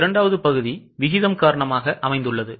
இரண்டாவது பகுதி விகிதம் காரணமாக உள்ளது